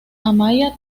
amaia